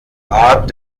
art